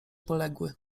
poległy